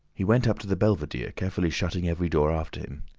he went up to the belvedere, carefully shutting every door after him.